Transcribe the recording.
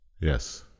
Yes